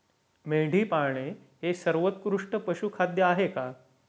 मेंढी पाळणे हे सर्वोत्कृष्ट पशुखाद्य आहे का?